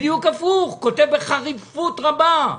בדיוק הפוך, הוא כותב בחריפות רבה.